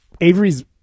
Avery's